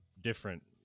different